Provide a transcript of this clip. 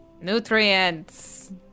nutrients